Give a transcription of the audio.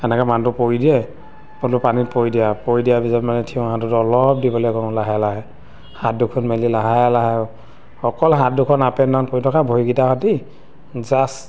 সেনেকৈ মানুহটো পৰি দিয়ে বোলো পানীত পৰি দিয়া পৰি দিয়াৰ পিছত মানে থিয় সাঁতোৰটো অলপ দিবলৈ কওঁ লাহে লাহে হাত দুখন মেলি লাহে লাহে অকল হাত দুখন আপ এণ্ড ডাউন কৰি থকা ভৰিকেইটা সতি জাষ্ট